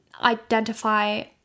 identify